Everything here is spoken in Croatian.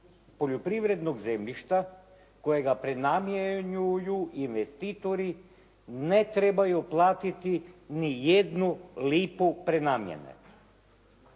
poljoprivrednog zemljišta kojega prenamjenjuju investitori ne trebaju platiti ni jednu lipu prenamjene.